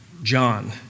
John